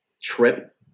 Trip